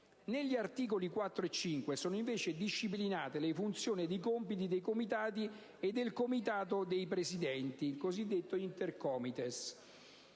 Negli articoli 4 e 5 sono invece disciplinati le funzioni ed i compiti dei Comitati e del Comitato dei presidenti, cosiddetto Intercomites.